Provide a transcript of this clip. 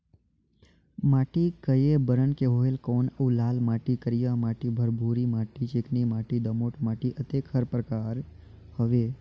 माटी कये बरन के होयल कौन अउ लाल माटी, करिया माटी, भुरभुरी माटी, चिकनी माटी, दोमट माटी, अतेक हर एकर प्रकार हवे का?